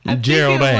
Gerald